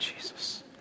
Jesus